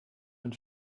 mit